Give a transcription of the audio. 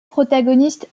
protagonistes